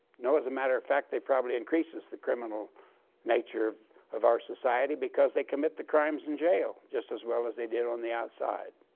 no. as a matter of fact, they probably increase the criminal nature of our society because they commit the crimes in jail just as well as they did on the outside.